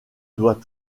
doit